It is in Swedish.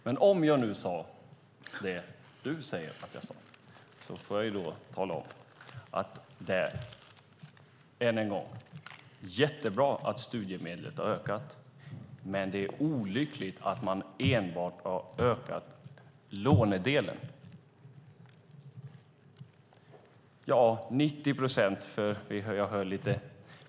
Men om jag nu sade det Oskar Öholm säger att jag sade får jag tala om än en gång att det är jättebra att studiemedlet har höjts men att det är olyckligt att man enbart har höjt lånedelen.